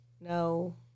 no